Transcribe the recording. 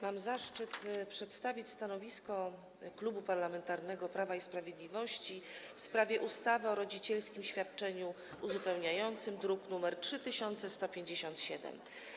Mam zaszczyt przedstawić stanowisko Klubu Parlamentarnego Prawo i Sprawiedliwość w sprawie projektu ustawy o rodzicielskim świadczeniu uzupełniającym, druk nr 3157.